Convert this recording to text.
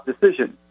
decision